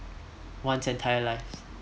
one's entire lives